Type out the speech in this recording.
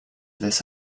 this